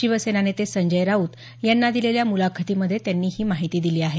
शिवसेना नेते संजय राऊत यांना दिलेल्या मुलाखतीमधे त्यांनी ही माहिती दिली आहे